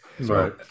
Right